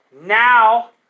Now